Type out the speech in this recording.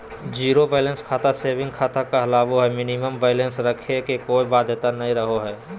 zero balance खाता saving खाता कहलावय हय मिनिमम बैलेंस रखे के कोय बाध्यता नय रहो हय